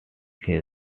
his